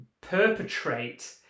perpetrate